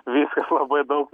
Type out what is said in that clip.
viskas labai daug